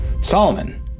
Solomon